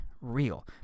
real